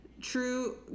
True